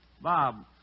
Bob